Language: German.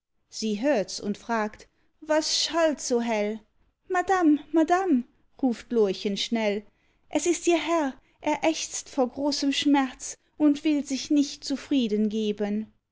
sie hörts und fragt was schallt so hell madam madam ruft lorchen schnell es ist ihr herr er ächzt vor großem schmerz und will sich nicht zufriedengeben